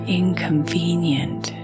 inconvenient